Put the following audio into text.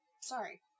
sorry